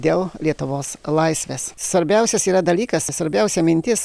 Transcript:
dėl lietuvos laisvės svarbiausias yra dalykas svarbiausia mintis